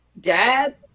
Dad